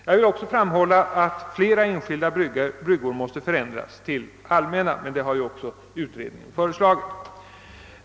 Jag vill också framhålla att flera enskilda bryggor måste bli allmänna — men detta har ju också utredningen föreslagit.